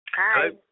Hi